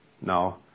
No